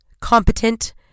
competent